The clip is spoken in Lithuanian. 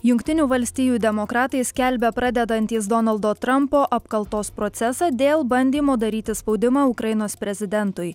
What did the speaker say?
jungtinių valstijų demokratai skelbia pradedantys donaldo trampo apkaltos procesą dėl bandymo daryti spaudimą ukrainos prezidentui